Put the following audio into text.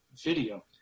video